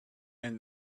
and